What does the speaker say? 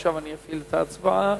עכשיו אפעיל את ההצבעה.